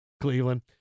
Cleveland